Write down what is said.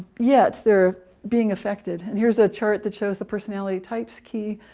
yes, they're being affected. and here's a chart that shows the personality types key.